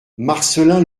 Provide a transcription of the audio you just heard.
marcelin